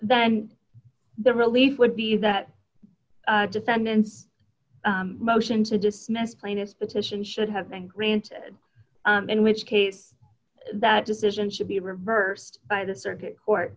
and the relief would be that defendant's motion to dismiss plaintiff's petition should have been granted in which case that decision should be reversed by the circuit court